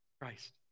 Christ